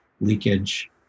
leakage